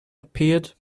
appeared